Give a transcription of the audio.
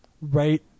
right